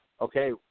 okay